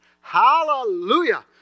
Hallelujah